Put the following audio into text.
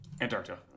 Antarctica